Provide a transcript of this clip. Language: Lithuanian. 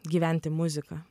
gyventi muziką